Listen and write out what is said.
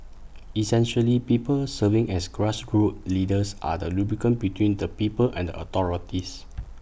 essentially people serving as grassroots leaders are the lubricant between the people and the authorities